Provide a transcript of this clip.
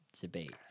debate